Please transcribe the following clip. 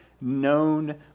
known